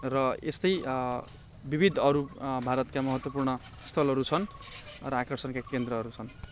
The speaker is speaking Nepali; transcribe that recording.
र यस्तै विविध अरू भारतका महत्त्वपूर्ण स्थलहरू छन् र आकर्षणका केन्द्रहरू छन्